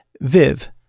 Viv